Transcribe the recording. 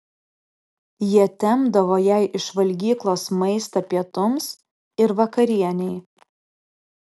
jie tempdavo jai iš valgyklos maistą pietums ir vakarienei